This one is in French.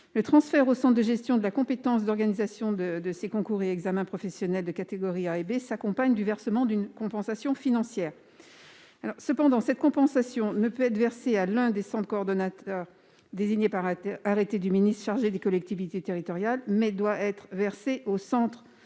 Le transfert aux centres de gestion de la compétence d'organisation des concours et examens professionnels de catégories A et B s'accompagne du versement d'une compensation financière. Cependant, cette dernière ne peut être versée à l'un des centres coordonnateurs désigné par arrêté du ministre chargé des collectivités territoriales ; elle doit être versée aux centres de